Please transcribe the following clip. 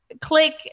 click